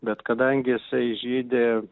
bet kadangi jisai žydi